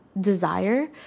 desire